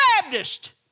Baptist